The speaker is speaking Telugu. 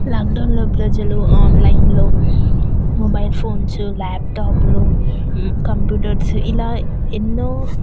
లాక్డౌన్లో ప్రజలు ఆన్లైన్లో మొబైల్ ఫోన్స్ ల్యాప్టాప్లు కంప్యూటర్స్ ఇలా ఎన్నో